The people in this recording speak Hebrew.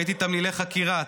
ראיתי תמלילי חקירה,